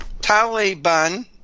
Taliban